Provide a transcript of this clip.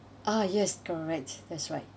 ah yes correct that's right